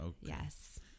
Yes